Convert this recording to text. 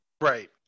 Right